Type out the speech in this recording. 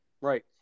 right